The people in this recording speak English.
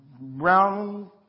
Round